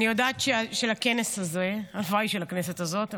--- של הכנס הזה, הלוואי, של הכנסת הזאת,